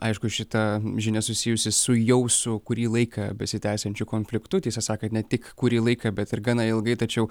aišku šita žinia susijusi su jau su kurį laiką besitęsiančiu konfliktu tiesą sakant ne tik kurį laiką bet ir gana ilgai tačiau